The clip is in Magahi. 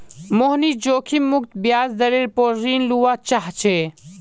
मोहनीश जोखिम मुक्त ब्याज दरेर पोर ऋण लुआ चाह्चे